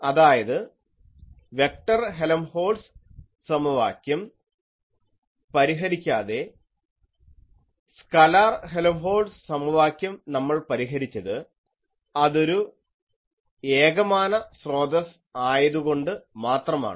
അതായത് vector Helmholtz സമവാക്യം പരിഹരിക്കാതെ സ്കലാർ ഹെലംഹോൾട്ട്സ് സമവാക്യം നമ്മൾ പരിഹരിച്ചത് അതൊരു ഒരു ഏകമാന സ്രോതസ്സ് ആയതുകൊണ്ട് മാത്രമാണ്